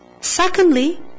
Secondly